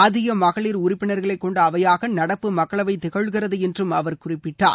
அதிக மகளிர் உறுப்பினர்களை கொண்ட அவையாக நடப்பு மக்களவை திகழ்கிறது என்றும் அவர் குறிப்பிட்டார்